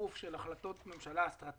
ותיקוף של החלטות ממשלה אסטרטגיות,